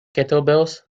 kettlebells